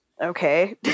okay